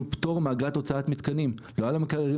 פטור מאגרת הוצאת מתקנים: לא משלמים על המקררים,